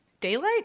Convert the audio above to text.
daylight